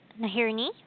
Nahirni